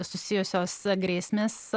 susijusios grėsmės